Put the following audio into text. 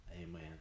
Amen